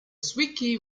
squeaky